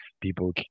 people